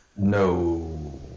no